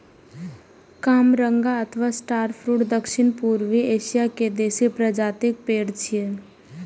कामरंगा अथवा star fruit दक्षिण पूर्वी एशिया के देसी प्रजातिक पेड़ छियै